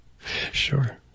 Sure